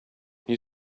you